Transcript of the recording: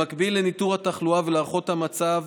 במקביל לניטור התחלואה ולהערכות המצב,